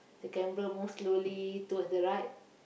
the camera move slowly towards the right